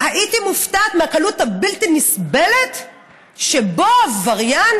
הייתי מופתעת מהקלות הבלתי-נסבלת שבה עבריין,